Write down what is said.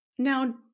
Now